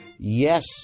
Yes